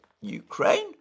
Ukraine